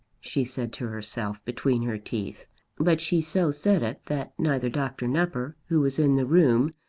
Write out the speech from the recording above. she said to herself between her teeth but she so said it that neither dr. nupper, who was in the room,